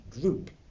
group